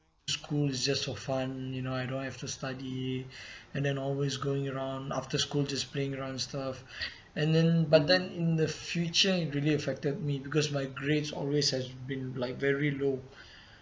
school is just for fun you know I don't have to study and then always going around after school just playing around and stuff and then but then in the future it really affected me because my grades always has been like very low